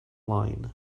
line